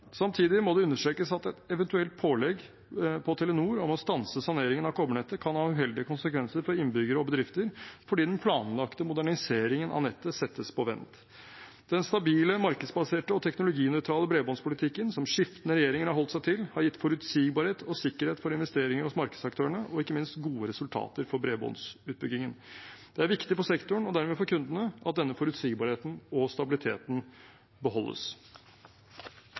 Samtidig må det understrekes at et eventuelt pålegg for Telenor om å stanse saneringen av kobbernettet kan ha uheldige konsekvenser for innbyggere og bedrifter fordi den planlagte moderniseringen av nettet settes på vent. Den stabile markedsbaserte og teknologinøytrale bredbåndspolitikken som skiftende regjeringer har holdt seg til, har gitt forutsigbarhet og sikkerhet for investeringer hos markedsaktørene og ikke minst gode resultater for bredbåndsutbyggingen. Det er viktig for sektoren, og dermed for kundene, at denne forutsigbarheten og stabiliteten beholdes.